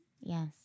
yes